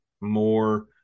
more